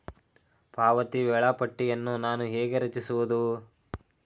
ಪಾವತಿ ವೇಳಾಪಟ್ಟಿಯನ್ನು ನಾನು ಹೇಗೆ ರಚಿಸುವುದು?